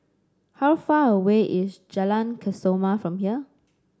how far away is Jalan Kesoma from here